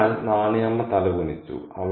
അതിനാൽ "നാണി അമ്മ തല കുനിച്ചു